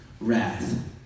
wrath